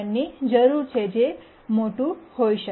ની જરૂર છે જે મોટું હોઈ શકે